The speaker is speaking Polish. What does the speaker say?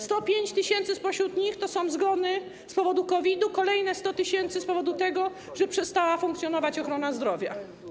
105 tys. spośród nich to są zgony z powodu COVID-u, kolejne 100 tys. - z powodu tego, że przestała funkcjonować ochrona zdrowia.